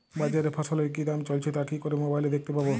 বাজারে ফসলের কি দাম চলছে তা কি করে মোবাইলে দেখতে পাবো?